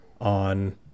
on